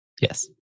yes